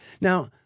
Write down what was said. Now